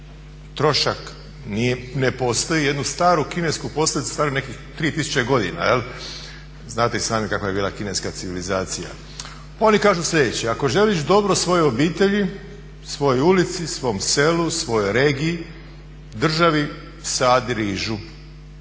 trošak ne postoji, jednu staru kinesku poslovicu, staru nekih 3000 godina, znate i sami kakva je bila kineska civilizacija. Oni kažu sljedeće, ako želiš dobro svojoj obitelji, svojoj ulici, svom selu, svojoj regiji, državi, sadi rižu,